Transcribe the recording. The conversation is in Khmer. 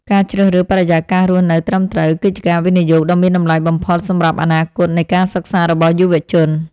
ការជ្រើសរើសបរិយាកាសរស់នៅត្រឹមត្រូវគឺជាការវិនិយោគដ៏មានតម្លៃបំផុតសម្រាប់អនាគតនៃការសិក្សារបស់យុវជន។